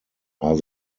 are